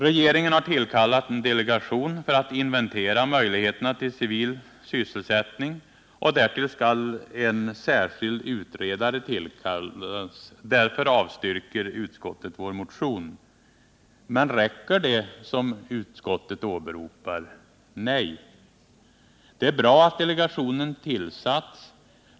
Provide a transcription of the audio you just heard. Regeringen har tillkallat en delegation för att inventera möjligheterna till civil sysselsättning, och därtill skall en särskild utredare tillkallas. Därför avstyrker utskottet vår motion. Men räcker det som utskottet åberopar? Nej! Det är bra att delegationen tillsatts.